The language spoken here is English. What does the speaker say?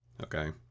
Okay